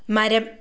മരം